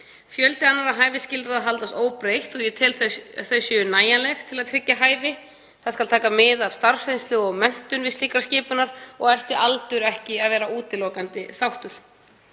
Fjöldi annarra hæfisskilyrða haldast óbreytt og ég tel að þau séu nægjanleg til að tryggja hæfi. Það skal taka mið af starfsreynslu og menntun við slíka skipun og ætti aldur ekki að vera útilokandi þáttur.